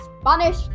Spanish